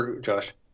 Josh